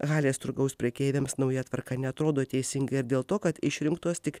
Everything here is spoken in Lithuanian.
halės turgaus prekeiviams nauja tvarka neatrodo teisinga ir dėl to kad išrinktos tik